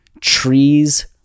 trees